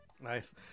Nice